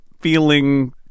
feeling